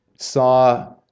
saw